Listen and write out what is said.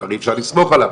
כבר אי אפשר לסמוך עליו,